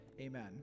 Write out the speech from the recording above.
Amen